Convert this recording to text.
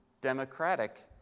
democratic